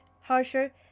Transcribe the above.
harsher